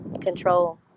control